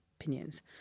opinions